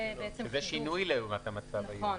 זה שינוי לעומת המצב היום.